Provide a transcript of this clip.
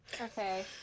Okay